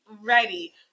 ready